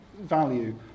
value